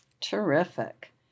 Terrific